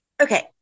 Okay